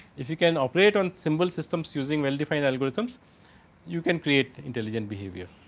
if you can operate on symbol systems using well define algorithms you can create intelligent behavior.